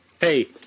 Hey